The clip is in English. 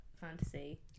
fantasy